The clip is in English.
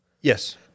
Yes